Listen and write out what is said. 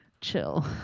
Chill